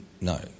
No